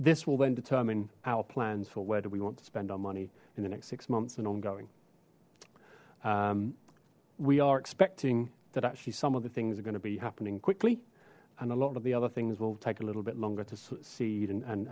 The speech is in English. this will then determine our plans for where do we want to spend our money in the next six months and ongoing we are expecting that actually some of the things are going to be happening quickly and a lot of the other things will take a little bit longer to s